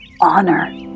honor